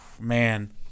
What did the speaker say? man